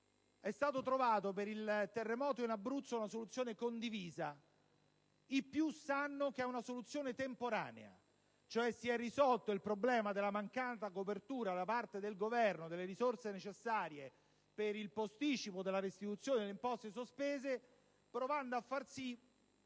condivisa per il terremoto in Abruzzo. I più sanno che è una soluzione temporanea, cioè si è risolto il problema della mancata copertura da parte del Governo delle risorse necessarie per il posticipo della restituzione delle imposte sospese, provando a far sì